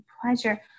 pleasure